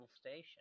station